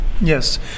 Yes